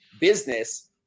business